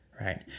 right